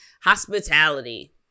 hospitality